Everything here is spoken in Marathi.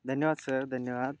धन्यवाद सर धन्यवाद